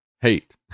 hate